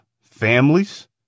families